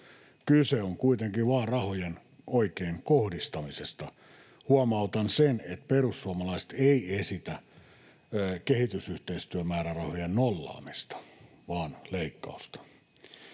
Kyse on kuitenkin vain rahojen oikein kohdistamisesta. Huomautan sen, että perussuomalaiset eivät esitä kehitysyhteistyömäärärahojen nollaamista vaan leikkausta.